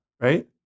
right